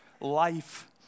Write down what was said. life